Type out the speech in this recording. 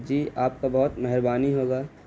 جی آپ کا بہت مہربانی ہوگا